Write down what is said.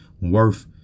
worth